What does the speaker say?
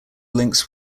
links